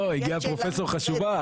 לא הגיעה פרופסור חשובה,